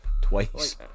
twice